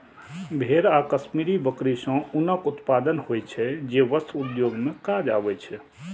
भेड़ आ कश्मीरी बकरी सं ऊनक उत्पादन होइ छै, जे वस्त्र उद्योग मे काज आबै छै